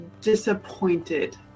Disappointed